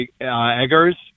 Eggers